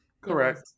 correct